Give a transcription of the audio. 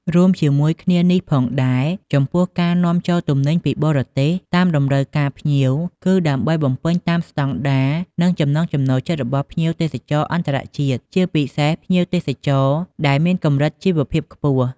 រួមជាមួយគ្នានេះផងដែរ ចំពោះការនាំចូលទំនិញពីបរទេសតាមតម្រូវការភ្ញៀវ គឺដើម្បីបំពេញតាមស្តង់ដារ និងចំណង់ចំណូលចិត្តរបស់ភ្ញៀវទេសចរអន្តរជាតិ ជាពិសេសភ្ញៀវទេសចរដែលមានកម្រិតជីវភាពខ្ពស់។